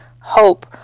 hope